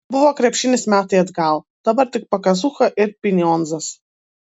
buvo krepšinis metai atgal dabar tik pakazucha ir pinionzas